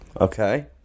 Okay